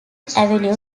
avenue